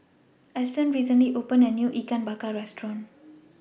Eston recently opened A New Ikan Bakar Restaurant